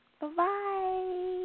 Bye-bye